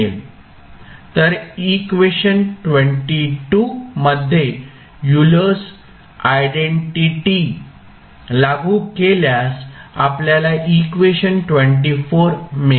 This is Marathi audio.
तर इक्वेशन मध्ये युलर्स आयडेंटिटी Euler's identity लागू केल्यास आपल्याला इक्वेशन मिळेल